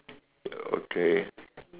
okay